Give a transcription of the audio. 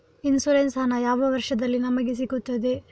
Insurance ಹಣ ಯಾವ ವರ್ಷದಲ್ಲಿ ನಮಗೆ ಸಿಗುತ್ತದೆ?